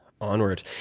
Onward